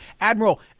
Admiral